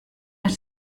has